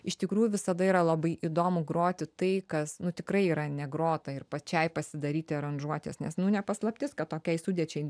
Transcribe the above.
iš tikrųjų visada yra labai įdomu groti tai kas nu tikrai yra negrota ir pačiai pasidaryti aranžuotes nes nu paslaptis kad tokiai sudėčiai